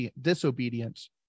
disobedience